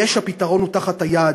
והפתרון הוא תחת היד.